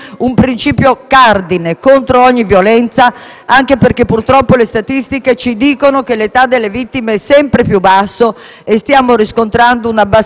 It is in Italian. anche perché purtroppo le statistiche ci dicono che l'età delle vittime è sempre più bassa e stiamo riscontrando anche una diminuzione dell'età degli autori di violenza.